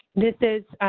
this is